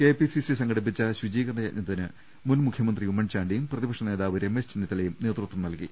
KPCC സംഘ ടിപ്പിച്ച ശുചീകരണ യജ്ഞത്തിന് മുൻമുഖ്യമന്ത്രി ഉമ്മൻചാണ്ടിയും പ്രതിപക്ഷനേതാവ് രമേശ് ചെന്നിത്തലയും നേതൃത്വം നൽകി